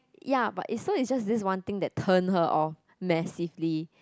ya but is so is just this one thing that turn her off massively